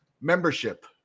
membership